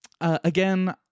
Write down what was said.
Again